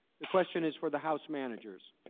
the question is for the house managers